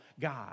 God